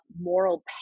moral